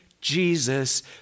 Jesus